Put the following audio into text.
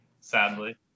sadly